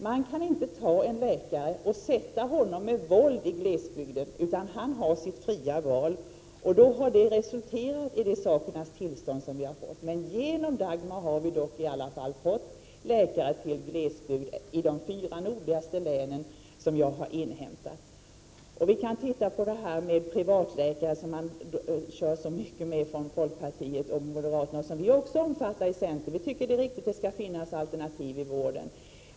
Man kan inte ta en läkare och placera honom med våld i glesbygden, utan han har sitt fria val, och det har resulterat i det sakernas tillstånd som vi har. Men genom Dagmar har vi i alla fall fått läkare till glesbygd i de fyra nordligaste länen, enligt vad jag har inhämtat. Vi kan se på det här talet om privatläkare som man kör så mycket med från folkpartiet och moderaterna och som vi också omfattar i centern — vi tycker att det är riktig: att det skall finnas alternativ i vården.